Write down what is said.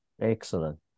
Excellent